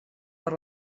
per